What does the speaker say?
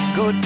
go